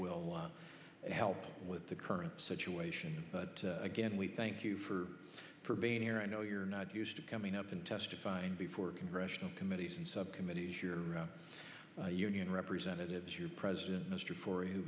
will help with the current situation but again we thank you for for being here i know you're not used to coming up and testifying before congressional committees and subcommittees your union representatives your president mr for who